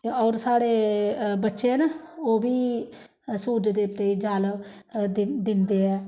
होर साढ़े बच्चे न ओह् बी सूरज देवते गी जल दिंदे ऐ